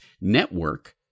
network